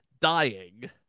dying